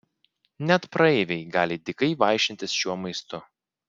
net praeiviai gali dykai vaišintis šiuo maistu